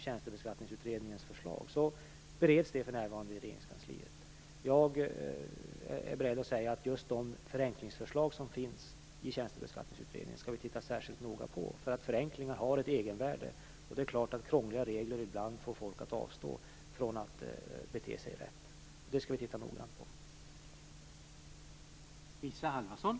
Tjänstebeskattningsutredningens förslag bereds för närvarande i Regeringskansliet. Jag är beredd att säga att vi skall titta särskilt noga på de förenklingsförslag som finns i Tjänstebeskattningsutredningen. Förenklingar har ett egenvärde, och det är klart att krångliga regler ibland får folk att avstå från att bete sig rätt. Det skall vi titta noggrant på.